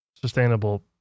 sustainable